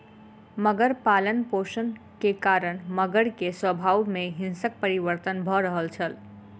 मगर पालनपोषण के कारण मगर के स्वभाव में हिंसक परिवर्तन भ रहल छल